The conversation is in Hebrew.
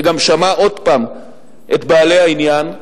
וגם שמע עוד פעם את בעלי העניין,